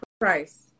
price